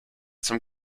zum